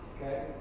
Okay